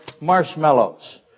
marshmallows